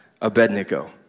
Abednego